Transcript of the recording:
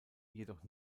jedoch